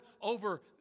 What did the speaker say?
over